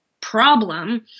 problem